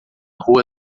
rua